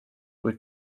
kuid